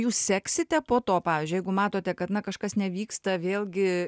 jūs seksite po to pavyzdžiui jeigu matote kad na kažkas nevyksta vėlgi